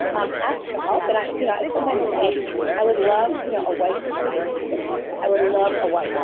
um ask for help. and i you know i sometimes say i would love you know a wife from the nineteen fifty s. i would love a wife,